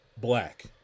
Black